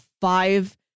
five